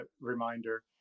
reminder